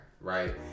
right